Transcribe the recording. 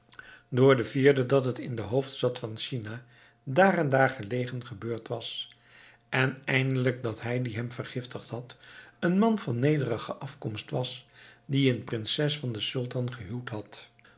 door de vierde dat het in een hoofdstad van china daar en daar gelegen gebeurd was en eindelijk dat hij die hem vergiftigd had een man van nederige afkomst was die een prinses van den sultan gehuwd had